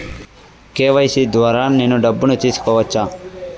KYC ద్వారా నేను డబ్బును తీసుకోవచ్చా?